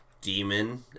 demon